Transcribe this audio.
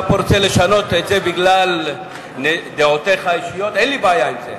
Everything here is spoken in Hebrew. אתה רוצה לשנות את זה פה בגלל דעותיך האישיות אין לי בעיה עם זה,